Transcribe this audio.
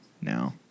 now